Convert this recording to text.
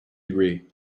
degree